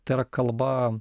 tai yra kalba